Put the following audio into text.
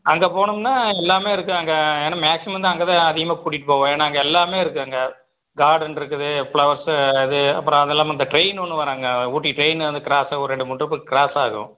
அங்கே போனோம்னால் எல்லாமே இருக்குது அங்கே ஏன்னால் மேக்சிமம் வந்து அங்கே தான் அதிகமாக போவோம் ஏன்னால் அங்கே எல்லாமே இருக்குது அங்கே கார்டனிருக்குது ஃப்ளவர்ஸு அது அப்புறம் அது இல்லாமல் இந்த ட்ரெயின் ஒன்று வராங்க ஊட்டி ட்ரெயின் வந்து கிராஸ் ஒரு ரெண்டு மூணு ட்ரிப்பு கிராஸ் ஆகும்